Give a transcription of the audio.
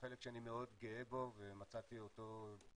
זה חלק שאני מאוד גאה בו ומצאתי אותו במשרד,